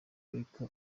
ariko